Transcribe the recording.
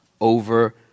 over